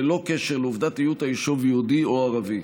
ללא קשר לעובדת היות היישוב יהודי או ערבי.